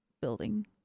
building